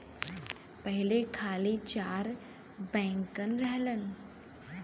पहिले खाली चार बैंकन रहलन